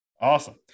Awesome